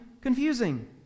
confusing